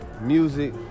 music